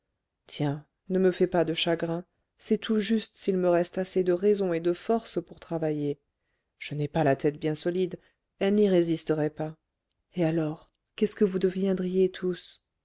tiens ne me fais pas de chagrin c'est tout juste s'il me reste assez de raison et de force pour travailler je n'ai pas la tête bien solide elle n'y résisterait pas et alors qu'est-ce que vous deviendriez tous